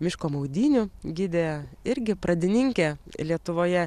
miško maudynių gidė irgi pradininkė lietuvoje